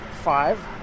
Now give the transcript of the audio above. five